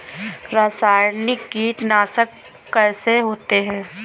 रासायनिक कीटनाशक कैसे होते हैं?